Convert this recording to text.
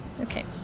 Okay